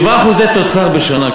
7% תוצר בשנה,